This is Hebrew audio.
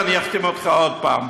ואני אחתים אותך עוד פעם.